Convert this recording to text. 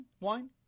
Wine